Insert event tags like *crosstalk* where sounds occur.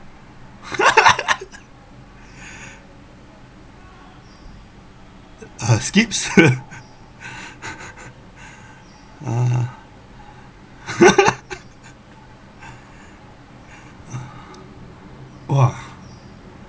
*laughs* uh skips *laughs* uh *laughs* !wah!